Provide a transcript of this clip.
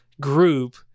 group